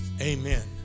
amen